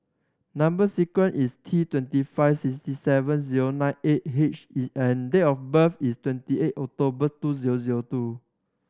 number sequence is T twenty five sixty seven zero nine eight H and date of birth is twenty eight October two zero zero two